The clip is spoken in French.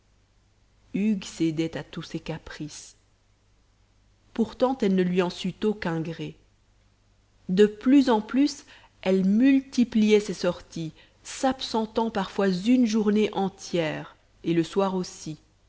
hugues cédait à tous ses caprices pourtant elle ne lui en sut aucun gré de plus en plus elle multipliait ses sorties s'absentant parfois une journée entière et le soir aussi